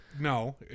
No